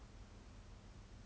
but miss B have savings